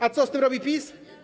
A co z tym robi PiS?